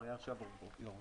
מר יאשה יורבורסקי.